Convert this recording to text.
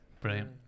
brilliant